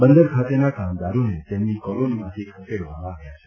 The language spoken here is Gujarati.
બંદર ખાતેના કામદારોને તેમની કોલોનીમાંથી ખસેડવામાં આવ્યા છે